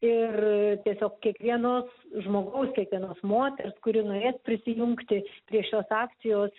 ir tiesiog kiekvienos žmogaus kiekvienos moters kuri norės prisijungti prie šios akcijos